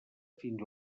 fins